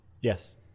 Yes